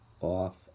Off